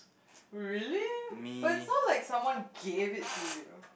really but it sounds like someone gave it to you